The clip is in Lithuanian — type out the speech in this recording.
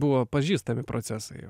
buvo pažįstami procesai jau